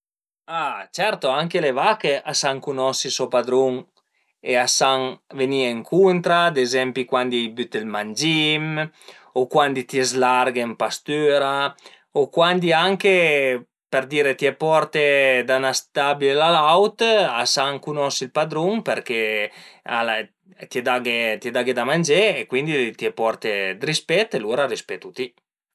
A certo anche le vache a san cunosi so padrun e a san venie ëncuntra ad ezempi cuandi i büte ël mangim o cuandi t'ie s'larghe ën pastüra o cuandi anche për dire t'ie porte da ün stabi a l'aut a san cunosi ël padrun përché t'ie daghe, t'ie daghe da mangé, cuindi t'ie porte rispet e lur a rispetu ti